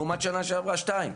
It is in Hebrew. לעומת השנה שעברה שניים